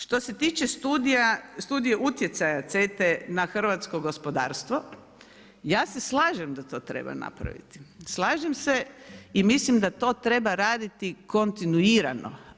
Što se tiče studije utjecaja CETA-e na hrvatsko gospodarstvo ja se slažem da to treba napraviti, slažem se i mislim da to treba raditi kontinuirano.